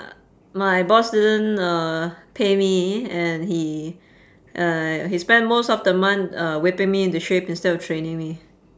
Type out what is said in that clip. uh my boss didn't uh pay me and he uh he spent most of the month uh whipping me into shape instead of training me